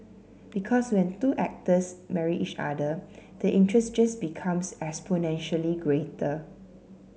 because when two actors marry each other the interest just becomes exponentially greater